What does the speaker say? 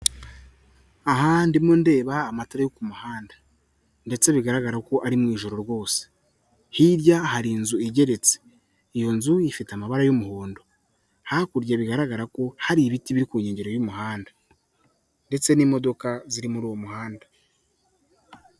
Aha ndimo ndeba amatara yo ku muhanda ndetse bigaragara ko ari mu ijoro rwose, hirya hari inzu igeretse, iyo nzu ifite amabara y'umuhondo, hakurya bigaragara ko hari ibiti biri ku nkengero y'umuhanda ndetse n'imodoka ziri muri uwo muhanda.